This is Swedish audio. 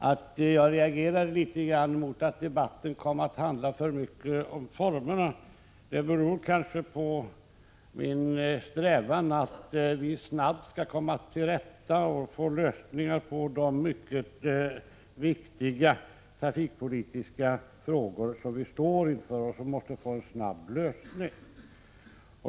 Att jag reagerar mot att debatten E & Je 18EPRrR Vidareutveckling av kom att handla för mycket om formerna beror kanske på min strävan att vi 19794 kpolidsk snabbt skall komma till rätta med de mycket viktiga trafikpolitiska frågor beslut rs trafikpolitiska som vi står inför och som måste få en snabb lösning.